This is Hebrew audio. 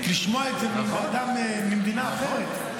לשמוע את זה מאדם ממדינה אחרת.